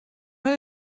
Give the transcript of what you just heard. man